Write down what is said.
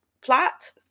plot